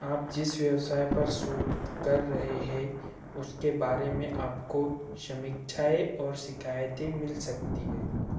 आप जिस व्यवसाय पर शोध कर रहे हैं उसके बारे में आपको समीक्षाएँ और शिकायतें मिल सकती हैं